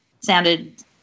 sounded